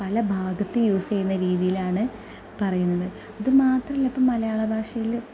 പലഭാഗത്ത് use ചെയ്യുന്ന രീതിയിലാണ് പറയുന്നത് അതുമാത്രമല്ല ഇപ്പം മലയാളഭാഷയിൽ